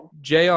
JR